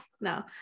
No